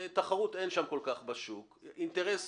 תחרות אין שם כל כך בשוק, אינטרס